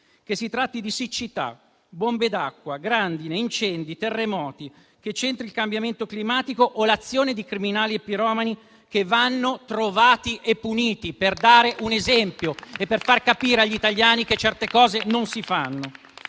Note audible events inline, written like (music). Che si tratti di siccità, bombe d'acqua, grandine, incendi, terremoti, che c'entri il cambiamento climatico o l'azione di criminali e piromani - vanno trovati e puniti, per dare un esempio (applause) e per far capire agli italiani che certe cose non si fanno